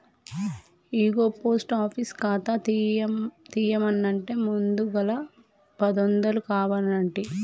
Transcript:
ఇగో post office ఖాతా తీయన్నంటే ముందుగల పదొందలు కావనంటి